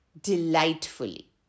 delightfully